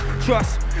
Trust